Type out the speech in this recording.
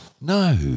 No